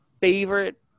favorite